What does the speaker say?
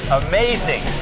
amazing